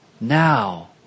Now